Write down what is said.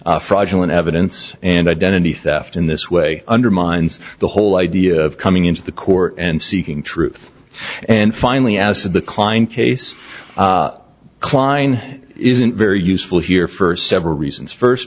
g fraudulent evidence and identity theft in this way undermines the whole idea of coming into the court and seeking truth and finally as the klein case klein isn't very useful here for several reasons first